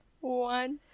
one